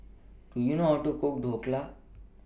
Do YOU know How to Cook Dhokla